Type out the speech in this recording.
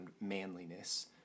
manliness